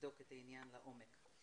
ונבדוק את העניין לעומק.